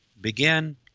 Begin